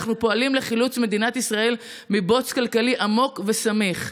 אנחנו פועלים לחילוץ מדינת ישראל מבוץ כלכלי עמוק וסמיך.